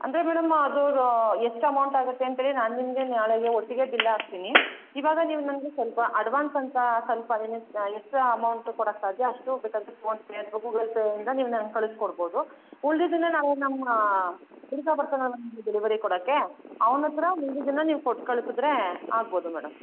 ಅಂದರೆ ಮೇಡಮ್ ಅದ್ರುದ್ದು ಎಷ್ಟು ಅಮೌಂಟ್ ಆಗುತ್ತೆ ಅಂತ ಹೇಳಿ ನಾನು ನಿಮಗೆ ನಾಳೆಗೆ ಒಟ್ಟಿಗೆ ಬಿಲ್ ಹಾಕ್ತೀನಿ ಇವಾಗ ನೀವು ನನ್ಗೆ ಸ್ವಲ್ಪ ಅಡ್ವಾನ್ಸ್ ಅಂತಾ ಸ್ವಲ್ಪ ಎಷ್ಟ್ರಾ ಅಮೌಂಟ್ ಕೊಡಾಕೆ ಆದರೆ ಅಷ್ಟು ಬೇಕಾದರೆ ಫೋನ್ಪೇ ಅಥ್ವಾ ಗೂಗಲ್ ಪೇಯಿಂದ ನೀವು ನಂಗೆ ಕಳ್ಸಿ ಕೊಡ್ಬೋದು ಉಳಿದಿದ್ದನ್ನ ನಾವು ನಮ್ಮ ಹುಡುಗ ಬರ್ತಾನಲ್ಲಾ ನಿಮಗೆ ಡೆಲಿವರಿ ಕೊಡೋಕೆ ಅವ್ನ ಹತ್ರ ನೀವು ಇದನ್ನು ನೀವು ಕೊಟ್ಟು ಕಳ್ಸಿದ್ರೇ ಆಗ್ಬೋದು ಮೇಡಮ್